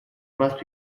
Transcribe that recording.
must